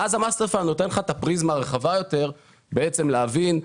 ה-master file נותן לך את הפריזמה הרחבה יותר בעצם להבין.